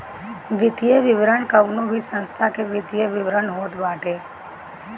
वित्तीय विवरण कवनो भी संस्था के वित्तीय विवरण होत बाटे